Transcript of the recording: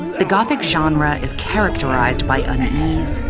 the gothic genre is characterized by unease,